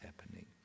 happening